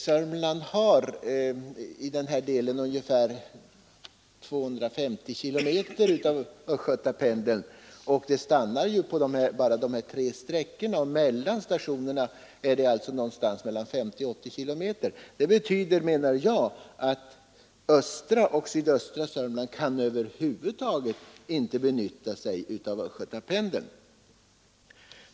Södermanland har ungefär 250 kilometer av Östgötapendeln och tågen stannar bara vid de här tre stationerna. Avståndet mellan stationerna är 50—80 kilometer. Det betyder att östra och sydöstra Södermanland över huvud taget inte kan utnyttja Östgötapendeln.